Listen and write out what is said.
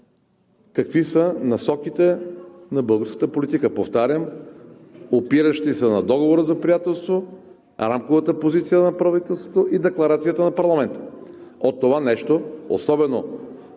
какви са насоките на българската политика, повтарям, опиращи се на Договора за приятелство, рамковата позиция на правителството и Декларацията на парламента. Това нещо, особено